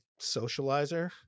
socializer